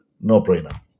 no-brainer